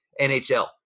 NHL